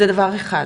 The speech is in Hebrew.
זה דבר אחד.